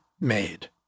made